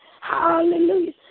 hallelujah